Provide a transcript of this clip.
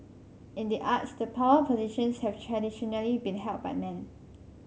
in the arts the power positions have traditionally been held by men